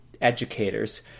educators